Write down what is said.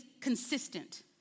consistent